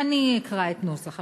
אני אקרא את נוסח השאילתה.